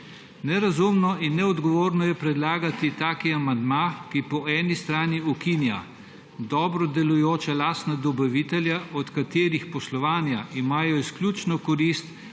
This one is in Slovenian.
Nerazumno in neodgovorno je predlagati amandma, ki po eni strani ukinja dobro delujoča lastna dobavitelja, od katerih poslovanja imajo izključno korist